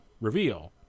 reveal